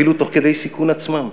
אפילו תוך סיכון עצמם.